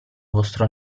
vostro